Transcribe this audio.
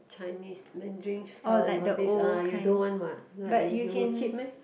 Chinese Mandarin song all these uh you don't want what ah you you will keep meh